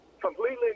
completely